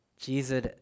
Jesus